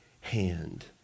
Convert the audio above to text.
hand